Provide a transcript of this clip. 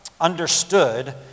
understood